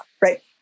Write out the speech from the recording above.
right